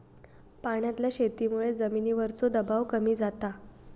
पाण्यातल्या शेतीमुळे जमिनीवरचो दबाव कमी जाता